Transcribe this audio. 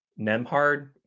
Nemhard